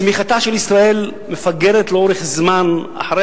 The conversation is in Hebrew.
צמיחתה של ישראל מפגרת לאורך זמן אחרי